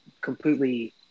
completely